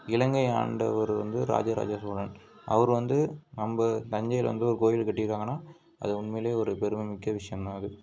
இலங்கையை ஆண்டவர் வந்து ராஜராஜ சோழன் அவரு வந்து நம்ம தஞ்சையில் வந்து ஒரு கோவில் கட்டிருக்காங்கனா அது உண்மையில் ஒரு பெருமைமிக்க விஷ்யம்தான் அது